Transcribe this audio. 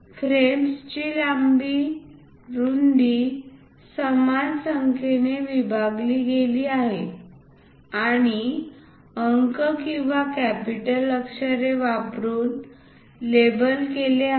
फ्रेम्सची लांबी आणि रुंदी समान संख्येने विभागली गेली आहे आणि अंक किंवा कॅपिटल अक्षरे वापरुन लेबल केले आहे